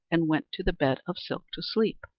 and went to the bed of silk to sleep.